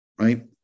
right